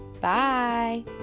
Bye